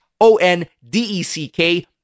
O-N-D-E-C-K